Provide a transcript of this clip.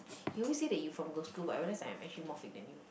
you always say that you from girl school but I realize I'm actually more fake than you